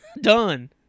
Done